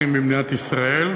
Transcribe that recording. דירה במחיר שפוי ומשמעותי,